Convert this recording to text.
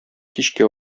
кичкә